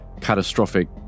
catastrophic